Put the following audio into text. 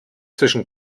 zwischen